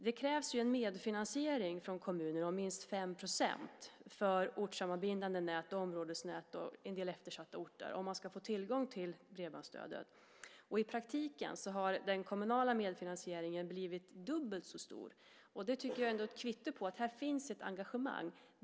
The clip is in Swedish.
Det krävs en medfinansiering från kommunen om minst 5 % för ortssammanbindande nät, områdesnät och på en del eftersatta orter om man ska få tillgång till bredbandsstödet. I praktiken har den kommunala medfinansieringen blivit dubbelt så stor. Det är ändå ett kvitto på att det finns ett engagemang.